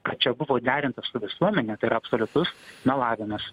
kad čia buvo derinta su visuomene tai yra absoliutus melavimas